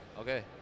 Okay